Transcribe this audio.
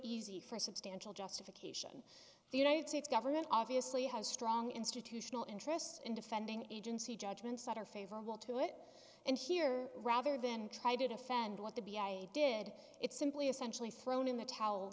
easy for a substantial justification the united states government obviously has strong institutional interest in defending agency judgments that are favorable to it and here rather than try to defend what the b i did it simply essentially thrown in the towel